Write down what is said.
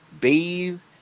bathe